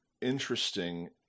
interesting